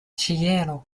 ĉielo